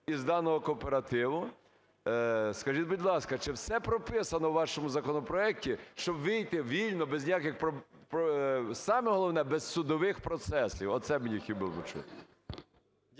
із даного кооперативу, скажіть, будь ласка, чи все прописано в вашому законопроекті, щоб вийти вільно, без ніяких проблем, саме головне – без судових процесів? Оце мені хотілось би